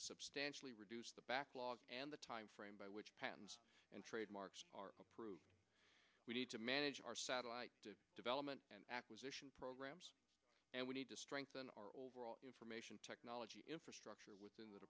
to substantially reduce the backlog and the timeframe by which patent and trademark are approved we need to manage our satellite development and acquisition programs and we need to strengthen our overall information technology infrastructure within the